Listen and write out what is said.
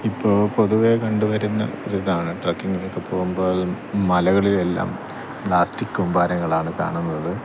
ഇപ്പോള് പൊതുവേ കണ്ടുവരുന്ന ഒരിതാണ് ട്രെക്കിങ്ങിലൊക്കെ പോകുമ്പോഴായാലും മലകളിൽ എല്ലാം പ്ലാസ്റ്റിക് കൂമ്പാരങ്ങളാണ് കാണുന്നത്